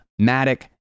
matic